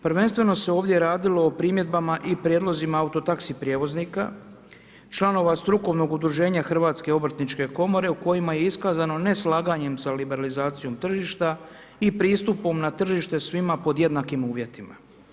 Prvenstveno se ovdje radilo o primjedbama i prijedlozima auto taxi prijevoznika, članova strukovnog udruženja HOK-a u kojima je iskazano neslaganje sa liberalizacijom tržišta i pristupom na tržište svima pod jednakim uvjetima.